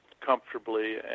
comfortably